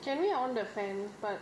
can we on the fan first